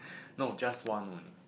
no just one only